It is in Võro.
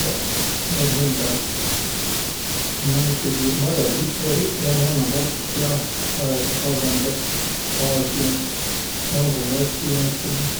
Noq meil hindäl määntsegiq mar'akisseliq ja mannavatt ja väega kavvõndast Aasiast mangolassi näütüses.